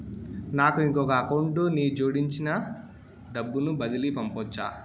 నాకు ఇంకొక అకౌంట్ ని జోడించి డబ్బును బదిలీ పంపొచ్చా?